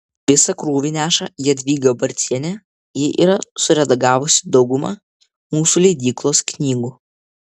visą krūvį neša jadvyga barcienė ji yra suredagavusi daugumą mūsų leidyklos knygų